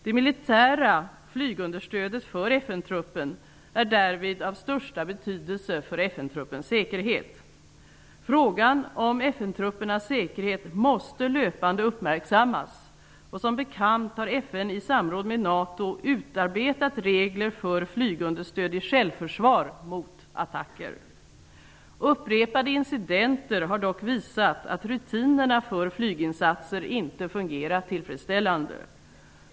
Det militära flygunderstödet för FN truppen är därvid av största betydelse för FN truppens säkerhet. Frågan om FN-truppernas säkerhet måste löpande uppmärksammas, och som bekant har FN i samråd med NATO utarbetat regler för flygunderstöd i självförsvar mot attacker. Upprepade incidenter har dock visat att rutinerna för flyginsatser inte fungerat tillfredsställande.